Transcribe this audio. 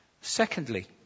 Secondly